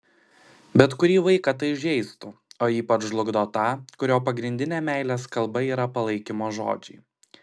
bet kurį vaiką tai žeistų o ypač žlugdo tą kurio pagrindinė meilės kalba yra palaikymo žodžiai